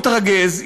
יתרגז,